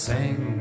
Sing